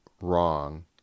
wrong